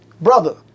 brother